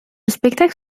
spectacle